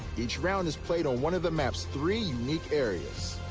each round is played on one of the maps three unique areas.